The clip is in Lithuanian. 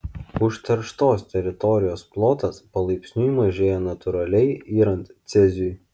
užterštos teritorijos plotas palaipsniui mažėja natūraliai yrant ceziui